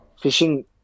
fishing